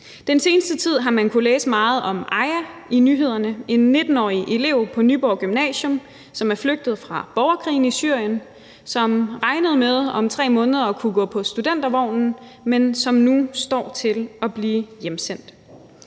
Den seneste tid har man i nyhederne kunnet læse meget om Aja, en 19-årig elev på Nyborg Gymnasium, som er flygtet fra borgerkrigen i Syrien, og som regnede med om 3 måneder at kunne stå på studentervognen, men som nu står til at blive hjemsendt.